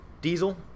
diesel